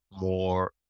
more